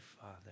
Father